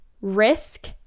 risk